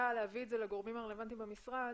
להביא את זה לגורמים הרלוונטיים במשרד